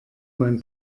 mein